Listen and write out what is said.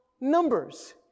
numbers